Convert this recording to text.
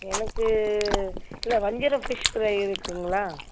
எனக்கு இல்லை வஞ்சரம் ஃபிஷ் ஃப்ரை இருக்குதுங்களா